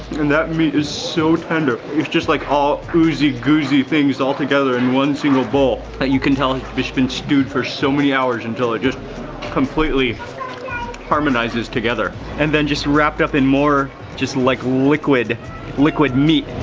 and that meat is so tender. it's just like all oozey-goozey things all together in one single bowl, that you can tell it's been stewed for so many hours until it just completely harmonizes together. and then just wrapped up in more just like liquid liquid meat.